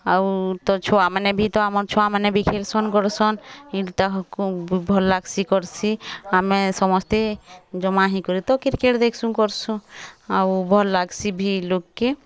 ଆଉ ତ ଛୁଆମାନେ ଭି ଆମ ଛୁଆମାନେ ଭଇ ଖେଲ୍ ସୁନ୍ ଗଡ଼୍ ସୁନ୍ ଏଇଟି ତ ଭଲ୍ ଲାଗ୍ସି କର୍ସି ଆମେ ସମସ୍ତେ ଜମା ହେଇ କରି ତ କ୍ରିକେଟ୍ ଦେଖସୁଁ କର୍ସୁଁ ଆଉ ଭଲ୍ ଲାଗ୍ସି ଭିଡ଼୍ ଲୋକ୍କେ